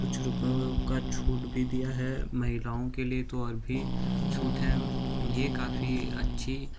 कुछ रुपयों का छूट भी दिया है महिलाओं के लिए तो और भी छूट है ये काफ़ी अच्छी छूट हैं